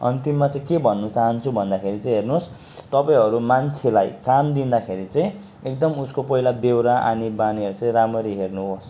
अन्तिममा चाहिँ के भन्नु चाहन्छु भन्दाखेरि चाहिँ हेर्नुहोस् तपाईँहरू मान्छेलाई काम दिँदाखेरि चाहिँ एकदम उसको पहिला बेउरा आनीबानीहरू चाहिँ राम्ररी हेर्नुहोस्